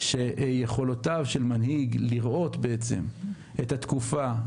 לראות את התקופה,